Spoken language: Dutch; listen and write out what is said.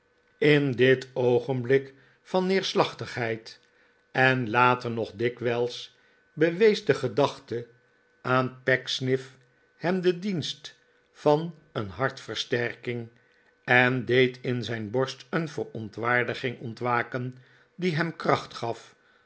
in dit oogenblik van neerslachtigheid en later nog dikwijls bewees de gedachte aan pecksniff hem den dienst van een hartversterking en deed in zijn borst een verontwaardiging ontwaken die hem kracht gaf